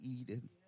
Eden